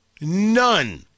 None